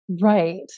Right